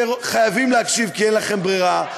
וחייבים להקשיב כי אין לכם ברירה,